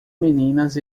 meninas